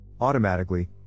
Automatically